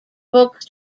books